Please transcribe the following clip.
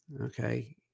Okay